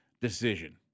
decision